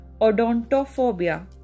odontophobia